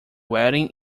wedding